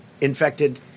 infected